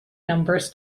numbers